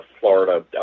Florida